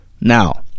Now